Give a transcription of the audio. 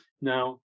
Now